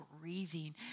breathing